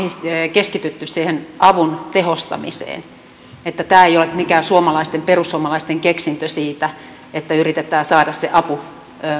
keskitytty siihen avun tehostamiseen tämä ei ole mikään perussuomalaisten keksintö siitä että yritetään saada se apu